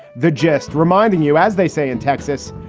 the jest reminding you, as they say in texas,